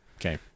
okay